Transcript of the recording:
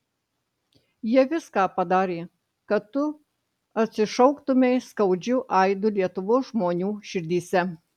jie viską padarė kad tu atsišauktumei skaudžiu aidu lietuvos žmonių širdyse